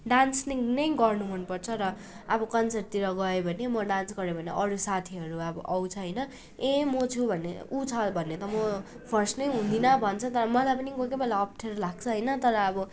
dancing नै गर्नु मनपर्छ र अब कन्सर्टतिर गयो भने म डान्स गर्यो भने अरू साथीहरू अब आउँछ होइन ए म छु भने उ छ भने त म फर्स्ट नै हुँदिन भन्छ मलाई पनि कोही कोही बेला अप्ठ्यारो लाग्छ होइन तर अब